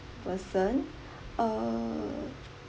person uh